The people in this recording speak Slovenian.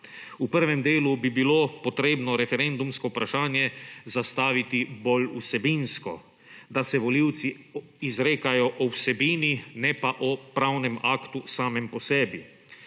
V prvem delu bi bilo potrebno referendumsko vprašanje zastaviti bolj vsebinsko, da se volivci izrekajo o vsebini ne pa o pravnem aktu samem po sebi.